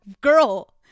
girl